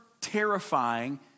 terrifying